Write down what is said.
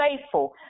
faithful